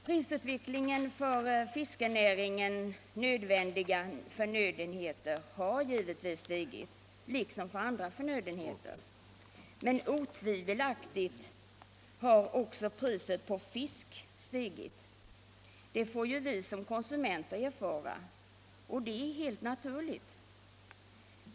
Priserna på för fiskenäringen nödvändiga förnödenheter har givetvis stigit, liksom för andra förnödenheter. Men otvivelaktigt har också priset på fisk stigit. Det får vi som konsumenter erfara, och det är helt naturligt.